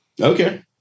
Okay